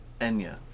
Enya